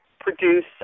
produce